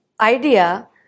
idea